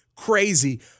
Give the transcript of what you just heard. Crazy